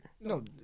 No